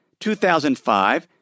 2005